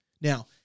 Now